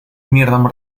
мирном